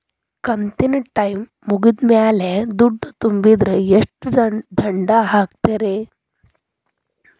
ಕಂತಿನ ಟೈಮ್ ಮುಗಿದ ಮ್ಯಾಲ್ ದುಡ್ಡು ತುಂಬಿದ್ರ, ಎಷ್ಟ ದಂಡ ಹಾಕ್ತೇರಿ?